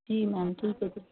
ਜੀ ਮੈਮ ਠੀਕ ਹੈ ਜੀ